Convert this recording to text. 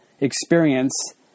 experience